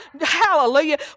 hallelujah